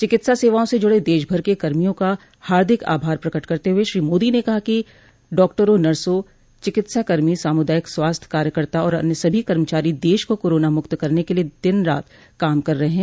चिकित्सा सेवाओं से जुड़े देशभर के कर्मियों का हार्दिक आभार प्रकट करते हुए श्री मोदी ने कहा कि डाक्ट्ररों नर्सों चिकित्साकर्मी सामुदायिक स्वास्थ्य कार्यकर्ता और अन्य सभी कर्मचारी देश को कोरोना मुक्त करने के लिए रात दिन काम कर रहे हैं